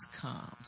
comes